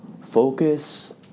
Focus